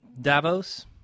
Davos